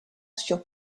sur